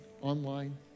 online